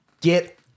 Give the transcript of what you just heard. get